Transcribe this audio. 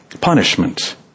punishment